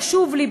חשוב לי,